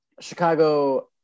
Chicago –